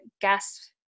gas